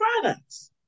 products